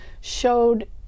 showed